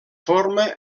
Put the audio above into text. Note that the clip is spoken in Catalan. forma